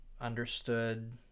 understood